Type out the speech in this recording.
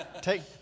take